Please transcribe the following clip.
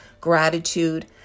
gratitude